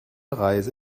reise